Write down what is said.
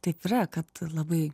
taip yra kad labai